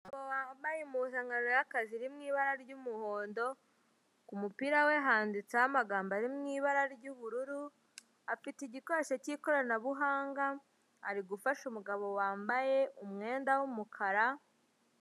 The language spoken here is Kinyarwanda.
Umugabo wambaye impuzankano y'akazi iri mu ibara ry'umuhondo, ku mupira we handitseho amagambo ari mu ibara ry'ubururu, afite igikoresho cy'ikoranabuhanga, ari gufasha umugabo wambaye umwenda w'umukara.